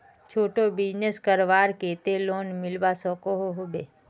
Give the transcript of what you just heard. छोटो बिजनेस करवार केते लोन मिलवा सकोहो होबे?